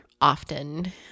often